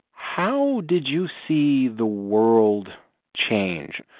how did you see the world change?